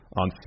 on